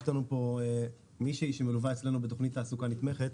יש לנו פה מישהי שמלווה אצלנו בתוכנית תעסוקה נתמכת,